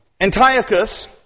Antiochus